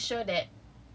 you just make sure that